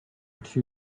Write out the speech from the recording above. two